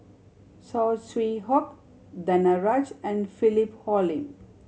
Saw Swee Hock Danaraj and Philip Hoalim